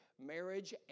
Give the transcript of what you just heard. marriage